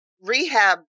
Rehab